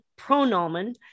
pronomen